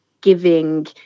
giving